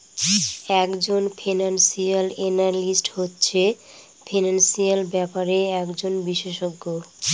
এক জন financial analyst হচ্ছে ফিনান্সিয়াল ব্যাপারের একজন বিশষজ্ঞ